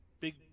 big